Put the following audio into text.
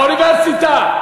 באוניברסיטה.